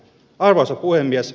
arvoisa puhemies